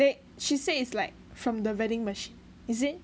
eh she says like from the vending machine is it